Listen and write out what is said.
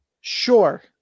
Sure